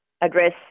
address